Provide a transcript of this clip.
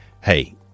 Hey